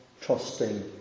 trusting